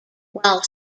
while